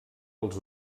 els